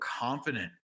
confident